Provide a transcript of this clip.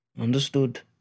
Understood